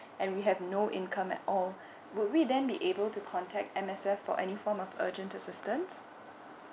and we have no income at all would we then be able to contact M_S_F for any form of urgent assistance